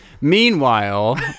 Meanwhile